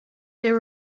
there